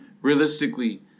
Realistically